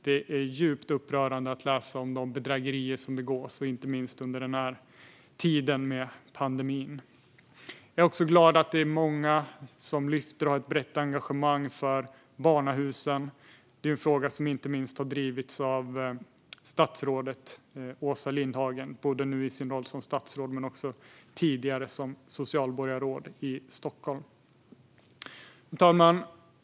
Det är djupt upprörande att läsa om de bedrägerier som begås, inte minst under denna tid med pandemin. Jag är glad att många också lyfter fram och har ett engagemang för barnahusen. Det är en fråga som inte minst statsrådet Åsa Lindhagen har drivit, i sin roll som statsråd men även i sin tidigare roll som socialborgarråd i Stockholm. Fru talman!